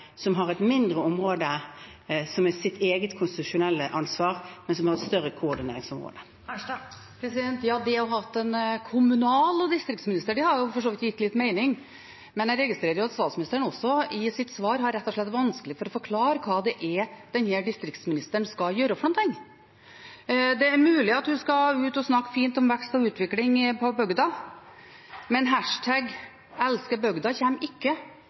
som har et mindre område som sitt eget konstitusjonelle ansvar, men som har et større koordineringsområde. Det å skulle ha en kommunal- og distriktsminister hadde for så vidt gitt litt mening, men jeg registrerer at også statsministeren i sitt svar rett og slett har vanskelig for å forklare hva denne distriktsministeren skal gjøre. Det er mulig at hun skal ut og snakke fint om vekst og utvikling på bygda, men